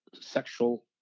sexual